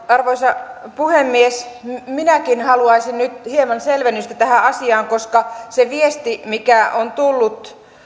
arvoisa puhemies minäkin haluaisin nyt hieman selvennystä tähän asiaan koska se viesti mikä on tullut